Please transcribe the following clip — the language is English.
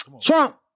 Trump